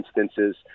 instances